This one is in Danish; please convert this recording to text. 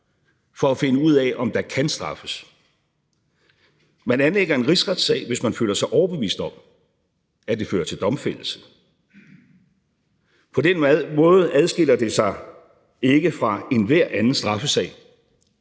for at finde ud af, om der kan straffes. Man anlægger en rigsretssag, hvis man føler sig overbevist om, at det fører til domfældelse. På den måde adskiller det sig ikke fra enhver anden straffesag,